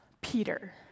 Peter